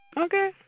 Okay